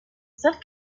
seuls